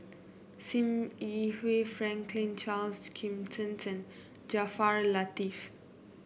Sim Yi Hui Franklin Charles Gimson Jaafar Latiff